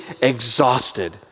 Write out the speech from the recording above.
exhausted